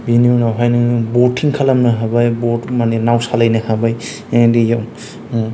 बेनि उनावहाय नों बटिं खालामनो हाबाय माने नाव सालायनो हाबाय दैआव